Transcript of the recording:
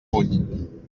puny